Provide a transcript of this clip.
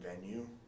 venue